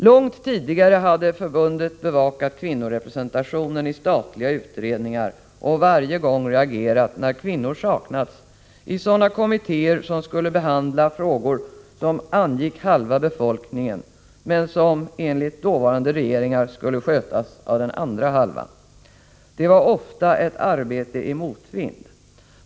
Långt tidigare hade emellertid förbundet bevakat kvinnorepresentationen i statliga utredningar, och varje gång hade man reagerat när kvinnor saknats i de kommittéer som skulle behandla frågor som angick halva befolkningen, men som enligt dåvarande regeringar skulle skötas av den andra halvan. Det var ofta ett arbete i motvind.